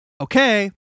okay